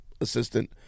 assistant